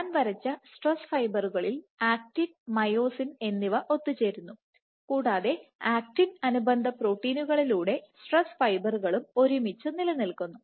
ഞാൻ വരച്ച സ്ട്രെസ് ഫൈബറുകളിൽ ആക്റ്റിൻ മയോസിൻ എന്നിവ ഒത്തുചേരുന്നു കൂടാതെ ആക്റ്റിൻ അനുബന്ധ പ്രോട്ടീനുകളിലൂടെ സ്ട്രെസ് ഫൈബറുകളും ഒരുമിച്ച് നിലനിൽക്കുക്കുന്നു